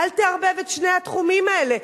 אל תערבב את שני התחומים האלה,